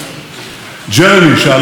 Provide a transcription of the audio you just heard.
שעלה מוושינגטון,